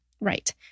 Right